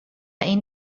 این